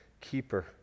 keeper